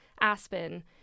Aspen